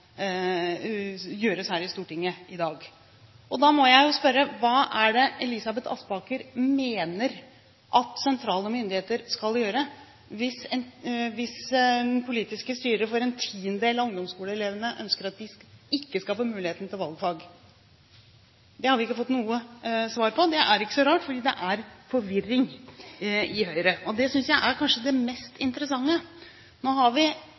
her i Stortinget i dag. Da må jeg spørre: Hva er det Elisabeth Aspaker mener at sentrale myndigheter skal gjøre hvis det politiske styret for en tiendedel av ungdomsskoleelevene ønsker at de ikke skal få muligheten til valgfag? Det har vi ikke fått noe svar på. Det er ikke så rart, fordi det er forvirring i Høyre, og det synes jeg er kanskje det mest